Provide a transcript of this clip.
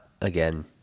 again